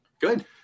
Good